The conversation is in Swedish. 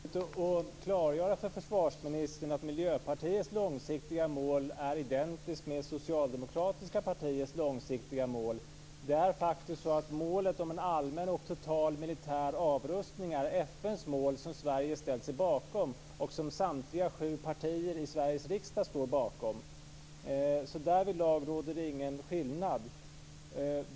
Fru talman! Det är viktigt att få klargöra för försvarsministern att Miljöpartiets långsiktiga mål är identiskt med det socialdemokratiska partiets långsiktiga mål. Målet om en allmän och total militär avrustning är faktiskt FN:s mål, som Sverige ställt sig bakom och som samtliga sju partier i Sveriges riksdag står bakom. Därvidlag råder det ingen skillnad.